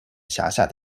辖下